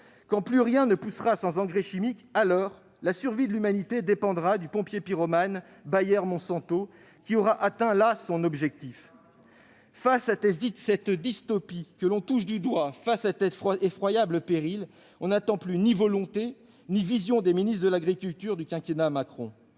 quand plus rien ne poussera sans engrais chimique, alors la survie de l'humanité dépendra du pompier pyromane Bayer-Monsanto, qui aura ainsi atteint son objectif. Face à cette dystopie que l'on touche du doigt, face à cet effroyable péril, on n'attend plus ni volonté ni vision des ministres de l'agriculture du quinquennat Macron.